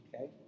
Okay